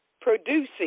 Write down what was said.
Producing